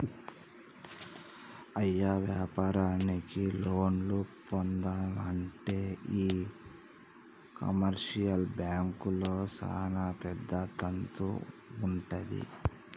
అయ్య వ్యాపారానికి లోన్లు పొందానంటే ఈ కమర్షియల్ బాంకుల్లో సానా పెద్ద తంతు వుంటది